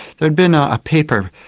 there'd been ah a paper,